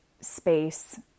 space